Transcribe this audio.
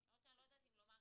אני לא יודעת אם לומר,